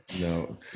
No